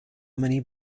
many